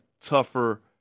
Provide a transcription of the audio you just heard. tougher